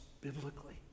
biblically